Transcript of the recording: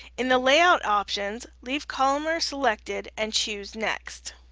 in the layout options, leave columnar selected and choose next.